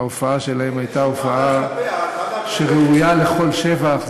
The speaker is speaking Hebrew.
ההופעה שלהן הייתה הופעה שראויה לכל שבח.